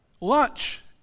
lunch